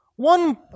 One